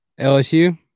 lsu